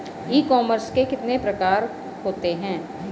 ई commerce के कितने प्रकार होते हैं?